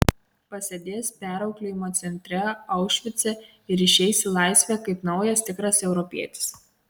pasėdės perauklėjimo centre aušvice ir išeis į laisvę kaip naujas tikras europietis